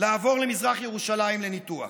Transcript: לעבור למזרח ירושלים לניתוח.